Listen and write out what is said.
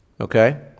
Okay